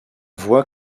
voit